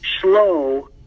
slow